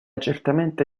certamente